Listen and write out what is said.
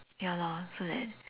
ya lor so that